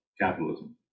capitalism